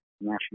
national